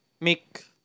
make